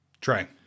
Try